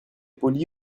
poli